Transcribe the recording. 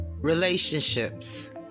relationships